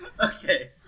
Okay